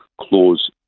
clause